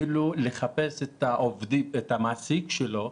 אפילו לחפש את המעסיק שלו,